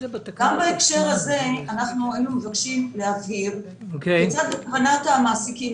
גם בהקשר הזה היינו מבקשים להבהיר כיצד בכוונת המעסיקים